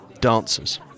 dancers